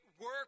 work